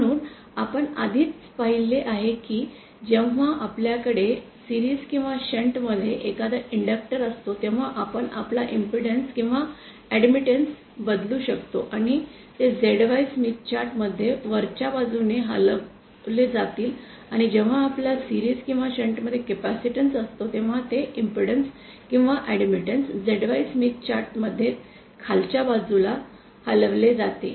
म्हणून आपण आधीच पाहिले आहे की जेव्हा आपल्याकडे मालिका किंवा शंट मध्ये एखादा इंडक्टर् असतो तेव्हा आपण आपला इम्पेडन्स किंवा ऐड्मिटन्स बदलू शकतो आणि ते ZY स्मिथ चार्ट मध्ये वरच्या बाजूला हलवले जातील आणि जेव्हा आपला सीरीज किंवा शंटमध्ये कॅपेसिटर असतो तेव्हा ते इम्पेडन्स किंवा ऐड्मिटन्स ZY स्मिथ चार्ट मध्ये खालच्या बाजूला हलवले जातील